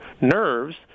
nerves